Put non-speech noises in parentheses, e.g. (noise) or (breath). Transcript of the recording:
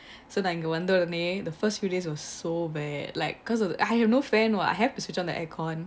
(breath) so நான்இங்கவந்தஉடனே: naan inga vandha udane the first few days was so bad like cause of the I have no fan what I have to switch on the air con